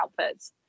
outputs